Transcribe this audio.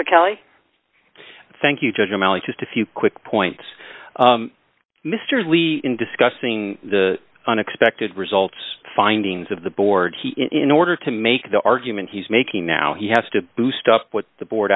mr kelly thank you judge your knowledge just a few quick points mr levy in discussing the unexpected results findings of the board in order to make the argument he's making now he has to boost up what the board